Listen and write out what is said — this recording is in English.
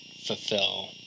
fulfill